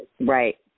Right